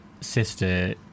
sister